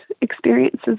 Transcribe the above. experiences